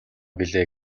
билээ